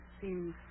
seems